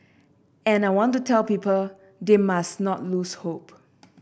and I want to tell people they must not lose hope